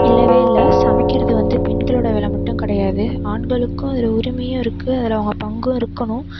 இல்லவே இல்லை சமைக்கிறது வந்து பெண்களோட வேலை மட்டும் கிடையாது ஆண்களுக்கும் அதில் உரிமையும் இருக்குது அதில் அவங்க பங்கும் இருக்கணும்